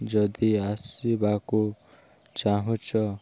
ଯଦି ଆସିବାକୁ ଚାହୁଁଛ